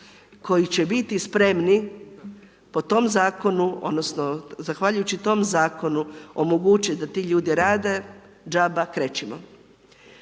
koji će biti spremni, po tom zakonu, odnosno, zahvaljujući tom zakonu, omogućiti da ti ljudi rade, džabe krećimo.